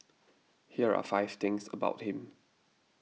here are five things about him